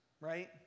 right